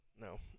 No